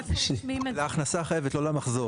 להכנסה החייבת; לא למחזור.